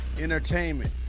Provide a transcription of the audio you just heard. entertainment